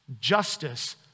justice